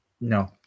no